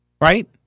right